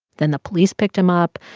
then the police picked him up.